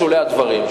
בשולי הדברים,